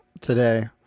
today